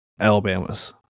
Alabama's